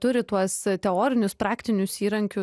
turi tuos teorinius praktinius įrankius